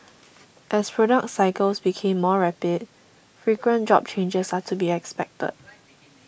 as product cycles became more rapid frequent job changes are to be expected